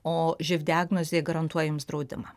o živ diagnozė garantuoja jums draudimą